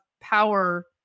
power